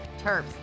Terps